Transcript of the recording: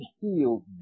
healed